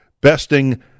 besting